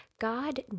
God